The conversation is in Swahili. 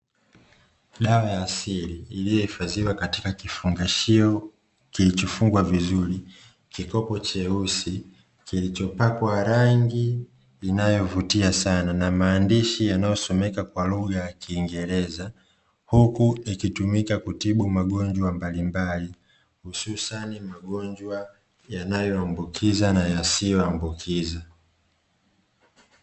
Dawa ya asili iliyoifadhiwa katika kifungashio kilichofungwa vizuri. Kikopo cheusi kilichopakwa rangi inayovutia sana na maandishi yanayosomeka kwa lugha ya kiingereza, huku ikitumika kutibu magonjwa mbalimbali hususani magonjwa yanayoambukiza na yasiyoambukiza.